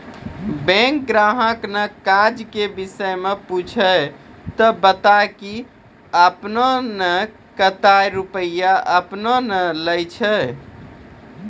Bank ग्राहक ने काज के विषय मे पुछे ते बता की आपने ने कतो रुपिया आपने ने लेने छिए?